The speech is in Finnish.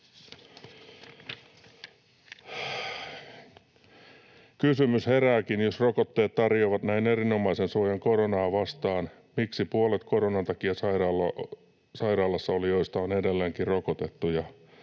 Kysymys herääkin: jos rokotteet tarjoavat näin erinomaisen suojan koronaa vastaan, miksi puolet koronan takia sairaalassa olijoista on edelleenkin rokotettuja?